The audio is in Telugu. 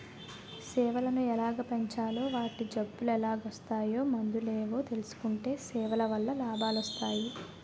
సేపలను ఎలాగ పెంచాలో వాటి జబ్బులెలాగోస్తాయో మందులేటో తెలుసుకుంటే సేపలవల్ల లాభాలొస్టయి